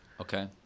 Okay